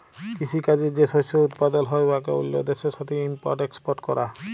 কিসি কাজে যে শস্য উৎপাদল হ্যয় উয়াকে অল্য দ্যাশের সাথে ইম্পর্ট এক্সপর্ট ক্যরা